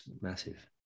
massive